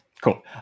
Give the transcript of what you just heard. Cool